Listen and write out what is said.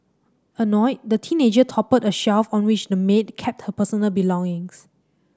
annoyed the teenager toppled a shelf on which the maid kept her personal belongings